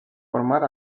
formar